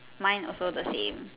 mine also the same